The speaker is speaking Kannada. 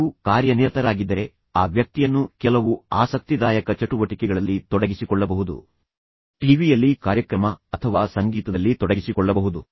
ನೀವು ಕಾರ್ಯನಿರತರಾಗಿದ್ದರೆ ಆ ವ್ಯಕ್ತಿಯನ್ನು ಕೆಲವು ಆಸಕ್ತಿದಾಯಕ ಚಟುವಟಿಕೆಗಳಲ್ಲಿ ತೊಡಗಿಸಿಕೊಳ್ಳಬಹುದು ಟಿವಿಯಲ್ಲಿ ಕಾರ್ಯಕ್ರಮ ಅಥವಾ ಸಂಗೀತದಲ್ಲಿ ತೊಡಗಿಸಿಕೊಳ್ಳಬಹುದು